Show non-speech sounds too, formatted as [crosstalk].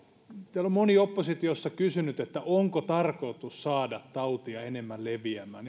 täällä on moni oppositiossa kysynyt onko tarkoitus saada tautia enemmän leviämään [unintelligible]